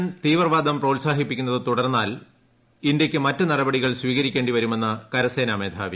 പാകിസ്ഥാൻ തീവ്ര്വാദം പ്രോത്സാഹിപ്പിക്കുന്നത് തുടർന്നാൽ ഇന്ത്യക്ക് മറ്റ് നടപടികൾ സ്വീകരിക്കേ വരുമെന്ന് കരസ്പേനി മേധാവി